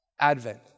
Advent